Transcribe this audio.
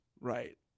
Right